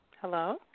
Hello